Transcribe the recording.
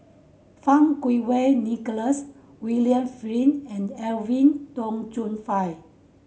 Fang Kuo Wei Nicholas William Flint and Edwin Tong Chun Fai